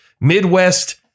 Midwest